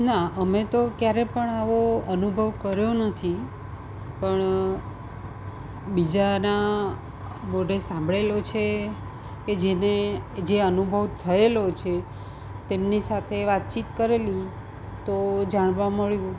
ના અમે તો ક્યારેય પણ આવો અનુભવ કર્યો નથી પણ બીજાના મોઢે સાંભળેલો છે કે જેને જે અનુભવ થયેલો છે તેમની સાથે વાતચીત કરેલી તો જાણવા મળ્યું